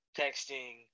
texting